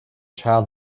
child